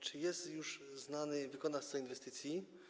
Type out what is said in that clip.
Czy jest już znany wykonawca inwestycji?